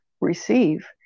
receive